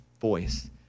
voice